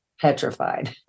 petrified